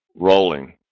rolling